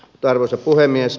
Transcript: arvoisa puhemies